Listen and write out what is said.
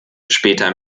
später